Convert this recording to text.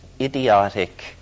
idiotic